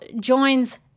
joins